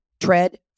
Tread